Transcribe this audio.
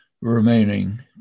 remaining